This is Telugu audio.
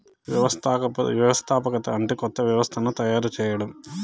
వ్యవస్థాపకత అంటే కొత్త వ్యవస్థను తయారు చేయడం